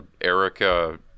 Erica